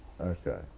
Okay